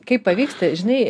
kaip pavyksta žinai